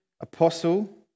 apostle